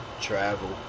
travel